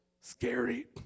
Scary